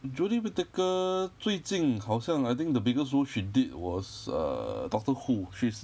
jodie whittaker 最近好像 I think the biggest role she did was err doctor who she is